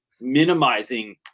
minimizing